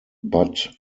but